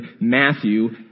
Matthew